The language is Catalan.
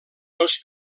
els